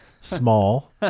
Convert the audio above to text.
small